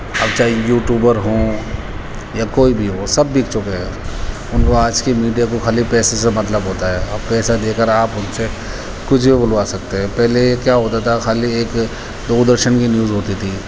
اب چاہے یوٹیوبر ہوں یا کوئی بھی ہو سب بک چکے ہیں ان کو آج کی میڈیا کو خالی پیسے سے مطلب ہوتا ہے آپ پیسہ دے کر آپ ان سے کچھ بھی بلوا سکتے ہیں پہلے یہ کیا ہوتا تھا خالی ایک دور درشن کی نیوز ہوتی تھی